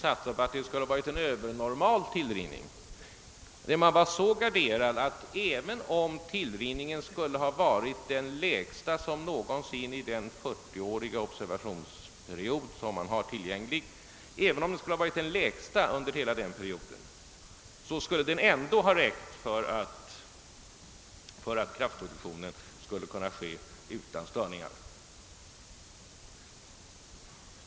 Nej, man hade så till den grad garderat sig att kraftproduktionen, även om tillrinningen hade varit den lägsta som någonsin förekommit under den tillgängliga 40 åriga observationsperioden, skulle ha kunnat försiggå utan störningar.